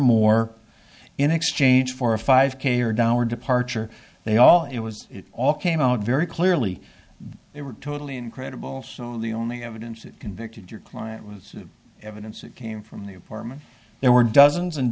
moore in exchange for a five k or downward departure they all it was it all came out very clearly they were totally incredible so the only evidence that convicted your client was evidence that came from the apartment there were dozens and